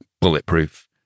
bulletproof